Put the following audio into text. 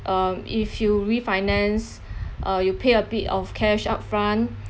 um if you refinance uh you pay a bit of cash upfront